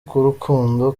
k’urukundo